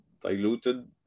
diluted